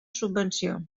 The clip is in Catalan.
subvenció